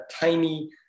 tiny